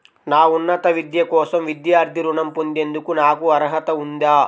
నా ఉన్నత విద్య కోసం విద్యార్థి రుణం పొందేందుకు నాకు అర్హత ఉందా?